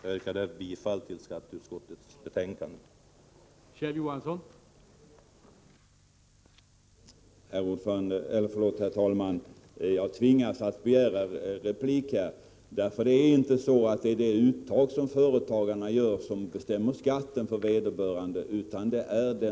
Jag yrkar bifall till hemställan i skatteutskottets betänkande 49.